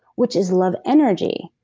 which is love energy,